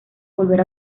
volver